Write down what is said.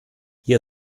hier